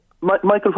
Michael